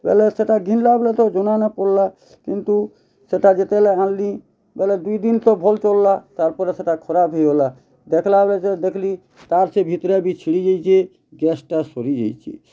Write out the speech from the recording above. ବେଲେ ସେଟା ଘିନ୍ଲା ବେଲେ ତ ଜନାନାଇଁ ପଡ଼୍ଲା କିନ୍ତୁ ସେଟା ଯେତେବେଲେ ଆନ୍ଲି ବେଲେ ଦୁଇ ଦିନ୍ ତ ଭଲ୍ ଚଲ୍ଲା ତାର୍ପରେ ସେଟା ଖରାପ୍ ହେଇଗଲା ଦେଖ୍ଲା ବେଲେ ସେ ଦେଖ୍ଲି ତାର୍ ସେ ଭିତ୍ରେ ବି ଛିଡ଼ି ଯାଇଛେ ଗେସ୍ଟା ସରିଯାଇଛେ